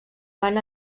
van